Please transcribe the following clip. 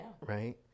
right